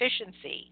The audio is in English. efficiency